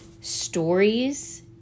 stories